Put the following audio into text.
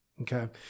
Okay